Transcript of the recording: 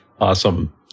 Awesome